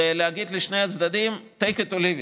ולהגיד לשני הצדדים: leave it or take it,